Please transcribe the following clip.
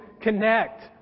connect